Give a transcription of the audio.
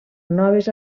noves